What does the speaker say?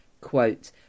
quote